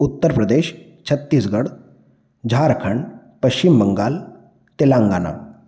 Uttar Pradesh Chhattisgarh Jharkhand Paschim Bangal Telangana